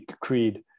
creed